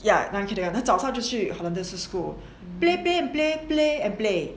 yeah 他早上就去荷兰的 school play play play play and play